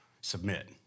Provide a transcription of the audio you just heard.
Submit